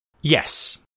Yes